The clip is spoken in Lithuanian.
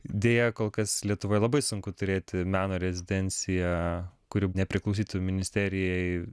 deja kol kas lietuvoj labai sunku turėti meno rezidenciją kuri nepriklausytų ministerijai